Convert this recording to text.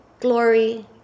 glory